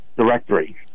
directory